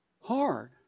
hard